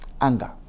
Anger